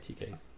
TKs